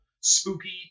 spooky